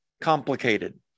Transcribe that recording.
complicated